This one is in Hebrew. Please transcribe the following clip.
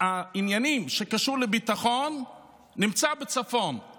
העניינים שקשורים לביטחון נמצאים בצפון,